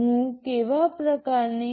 MOV કેવા પ્રકારની